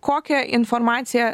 kokią informaciją